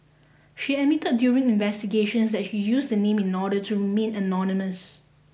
she admitted during investigations that she used the name in order to remain anonymous